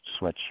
sweatshirt